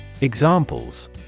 Examples